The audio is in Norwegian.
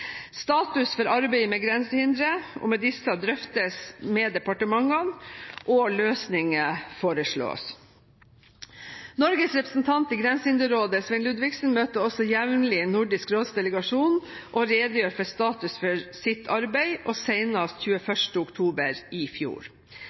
Status for arbeidet med grensehindre drøftes med departementene, og løsninger foreslås. Norges representant i Grensehinderrådet, Svein Ludvigsen, møter også jevnlig Nordisk råds delegasjon og redegjør for status for sitt arbeid